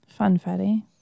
Funfetti